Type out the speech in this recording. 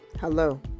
hello